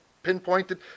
pinpointed